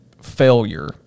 failure